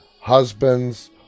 husbands